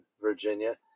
Virginia